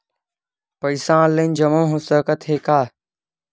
पईसा ऑनलाइन जमा हो साकत हे का?